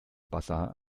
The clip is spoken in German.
basar